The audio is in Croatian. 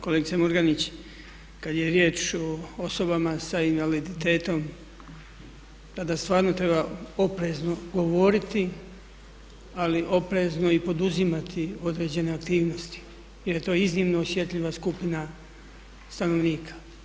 Kolegice Murganić, kad je riječ o osobama sa invaliditetom tada stvarno treba oprezno govoriti, ali oprezno i poduzimati određene aktivnosti jer je to iznimno osjetljiva skupina stanovnika.